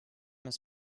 his